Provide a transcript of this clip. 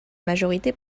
majorité